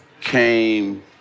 came